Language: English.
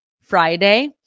Friday